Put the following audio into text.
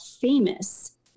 famous